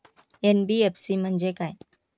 NBFC म्हणजे काय?